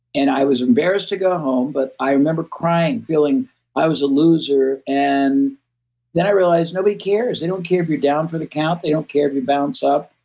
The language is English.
and i was embarrassed to go home, but i remember crying, feeling i was a loser. and then, i realized, nobody cares. they don't care if you're down for the count. they don't care if you bounce up.